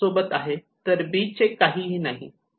तर 'बी' चे काहीही नाही